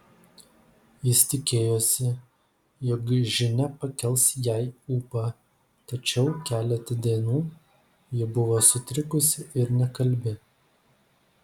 jis tikėjosi jog žinia pakels jai ūpą tačiau keletą dienų ji buvo sutrikusi ir nekalbi